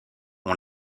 ont